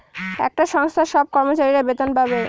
একটা সংস্থার সব কর্মচারীরা বেতন পাবে